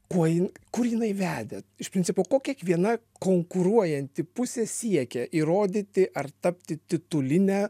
kuo jin kur jinai vedė iš principo ko kiekviena konkuruojanti pusė siekė įrodyti ar tapti tituline